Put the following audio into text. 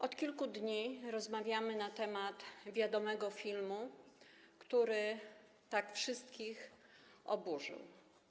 Od kilku dni rozmawiamy na temat wiadomego filmu, który tak wszystkich oburzył.